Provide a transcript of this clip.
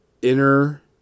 inner